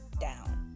down